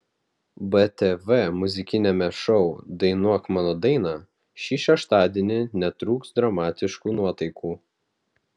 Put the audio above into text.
btv muzikiniame šou dainuok mano dainą šį šeštadienį netrūks dramatiškų nuotaikų